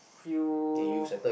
you